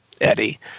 Eddie